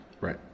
Right